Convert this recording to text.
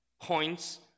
points